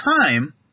time